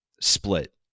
split